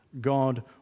God